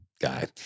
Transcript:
guy